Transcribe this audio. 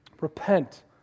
repent